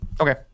Okay